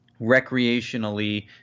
recreationally